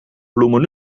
bloemen